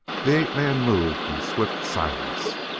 the ape-man moved in swift silence,